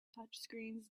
touchscreens